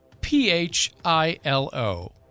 P-H-I-L-O